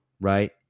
right